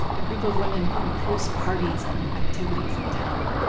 a group of women who host parties and activities in town.